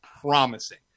promising